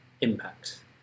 impact